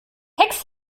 hex